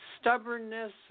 stubbornness